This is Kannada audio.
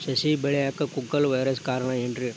ಸಸಿ ಬೆಳೆಯಾಕ ಕುಗ್ಗಳ ವೈರಸ್ ಕಾರಣ ಏನ್ರಿ?